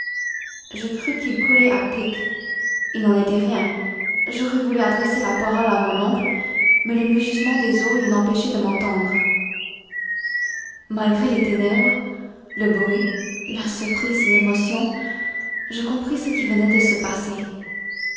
je crus qu'il coulait à pic il n'en était rien j'aurais voulu adresser la parole à mon oncle mais le mugissement des eaux l'eût empêché de m'entendre malgré les ténèbres le bruit la surprise l'émotion je compris ce qui venait de se passer